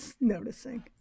noticing